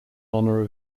honour